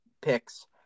picks